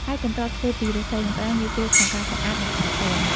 ហើយកន្ត្រកធ្វើពីឫស្សី និងផ្តៅងាយស្រួលក្នុងការសម្អាត និងថែទាំ។